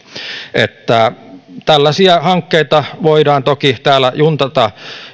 tällaisia hankkeita voidaan toki täällä juntata